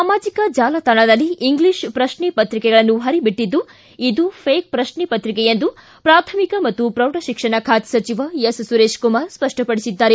ಸಾಮಾಜಿಕ ಜಾಲತಾಣದಲ್ಲಿ ಇಂಗ್ಲಿಷ್ ಪ್ರಶ್ನೆ ಪತ್ರಿಕೆಗಳನ್ನು ಹರಿಬಿಟ್ಟದ್ದು ಇದು ಫೇಕ್ ಪ್ರಶ್ನೆ ಪತ್ರಿಕೆ ಎಂದು ಪ್ರಾಥಮಿಕ ಮತ್ತು ಪ್ರೌಢ ಶಿಕ್ಷಣ ಖಾತೆ ಸಚಿವ ಸುರೇಶ್ ಕುಮಾರ್ ಸ್ಪಷ್ಟ ಪಡಿಸಿದ್ದಾರೆ